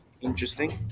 interesting